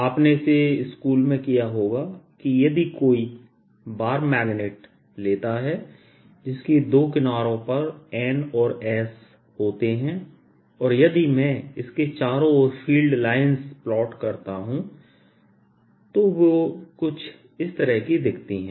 आपने इसे स्कूल में किया होगा कि यदि कोई बार मैग्नेट लेता है जिसकी दो किनारों पर N और S होते हैं और यदि मैं इसके चारों ओर फील्ड लाइंस प्लॉट करता हूं तो वे कुछ इस तरह की दिखती है